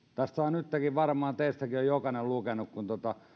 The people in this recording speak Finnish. nyttenkin varmaan teistäkin on jokainen lukenut kun